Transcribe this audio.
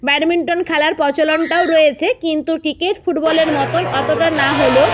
badminton খেলার প্রচলনটাও রয়েছে কিন্তু ক্রিকেট ফুটবলের মতন অতটা না হলেও